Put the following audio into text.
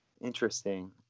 Interesting